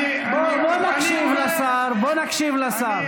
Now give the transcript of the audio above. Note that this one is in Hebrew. בואו נקשיב לשר.